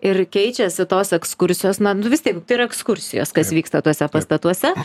ir keičiasi tos ekskursijos na nu vis tiek tai yra ekskursijos kas vyksta tuose pastatuose